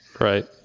Right